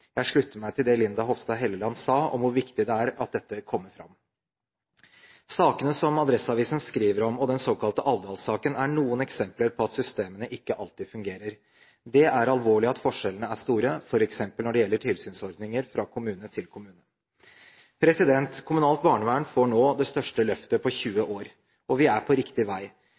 Jeg slutter meg til det Linda Hofstad Helleland sa om hvor viktig det er at dette kommer fram. Sakene som Adresseavisen skriver om, og den såkalte Alvdal-saken, er noen eksempler på at systemet ikke alltid fungerer. Det er alvorlig at forskjellene er store, f.eks. når det gjelder tilsynsordninger, fra kommune til kommune. Kommunalt barnevern får nå det største løftet på 20 år, og vi er på riktig vei.